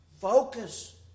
Focus